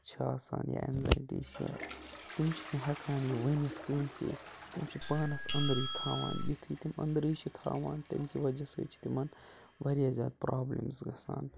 چھِ آسان یا اٮ۪نزایٹی چھِ تِم چھِنہٕ ہٮ۪کان یہِ ؤنِتھ کٲنٛسی تِم چھِ پانَس أنٛدرٕے تھاوان یُتھُے تِم أنٛدرٕے چھِ تھاوان تمہِ کہِ وَجہ سۭتۍ چھِ تِمَن واریاہ زیادٕ پرابلِمٕز گَژھان